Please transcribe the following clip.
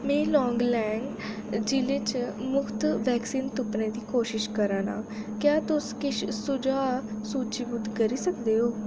में लान्गलेंग जि'ले च मुख्त वैक्सीन तुप्पने दी कोशश करा ना क्या तुस किश सुझाऽ सूचीबुद्ध करी सकदे ओ